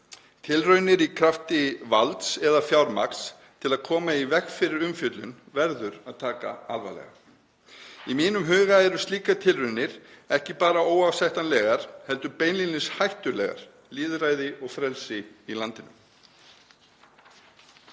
Tilraunir í krafti valds eða fjármagns til að koma í veg fyrir umfjöllun verður að taka alvarlega. Í mínum huga eru slíkar tilraunir ekki bara óásættanlegar heldur beinlínis hættulegar lýðræði og frelsi í landinu.